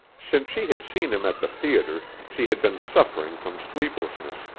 since she had seen him at the theater, she had been suffering from sleeplessness.